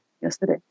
yesterday